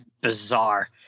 bizarre